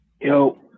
Yo